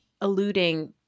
alluding